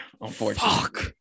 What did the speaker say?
unfortunately